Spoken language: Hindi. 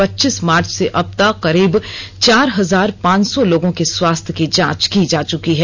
पचीस मार्च से अबतक करीब चार हजार पांच सौ लोगों के स्वास्थ्य की जांच की जा चुकी है